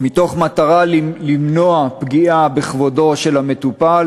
מתוך מטרה למנוע פגיעה בכבודו של המטופל